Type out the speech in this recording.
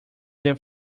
their